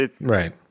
Right